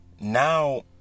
now